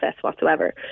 whatsoever